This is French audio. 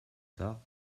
tard